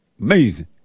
Amazing